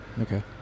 Okay